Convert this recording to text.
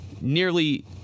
nearly